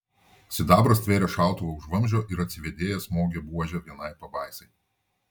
sidabras stvėrė šautuvą už vamzdžio ir atsivėdėjęs smogė buože vienai pabaisai